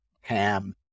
ham